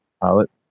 pilot